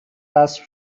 رسم